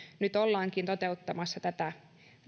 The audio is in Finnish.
nyt ollaankin toteuttamassa tätä